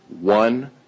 one